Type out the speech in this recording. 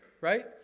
right